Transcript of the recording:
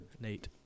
Nate